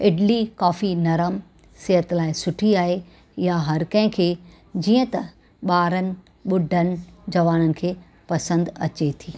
इडली काफ़ी नरम सिहत लाइ सुठी आहे इहा हर कंहिंखे जीअं त ॿारनि ॿुढनि जवाननि खे पसंदि अचे थी